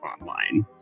online